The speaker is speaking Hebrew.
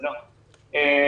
קודם כול,